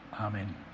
Amen